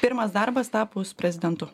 pirmas darbas tapus prezidentu